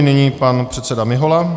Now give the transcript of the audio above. Nyní pan předseda Mihola.